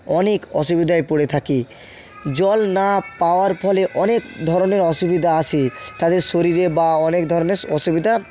অনেক অসুবিধায় পড়ে থাকি জল না পাওয়ার ফলে অনেক ধরনের অসুবিধা আসে তাদের শরীরে বা অনেক ধরনের অসুবিধা